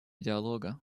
диалога